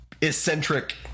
eccentric